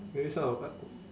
maybe some of